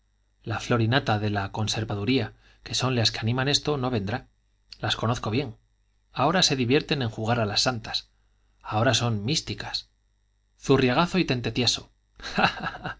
la flor y nata de la conservaduría que son las que animan esto no vendrá las conozco bien ahora se divierten en jugar a las santas ahora son místicas zurriagazo y tente tieso